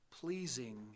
pleasing